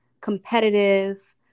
competitive